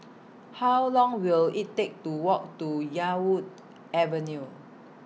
How Long Will IT Take to Walk to Yarwood Avenue